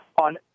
on